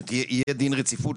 שיהיה דין רציפות,